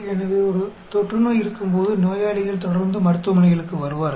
எனவே ஒரு தொற்றுநோய் இருக்கும்போது நோயாளிகள் தொடர்ந்து மருத்துவமனைகளுக்கு வருவார்கள்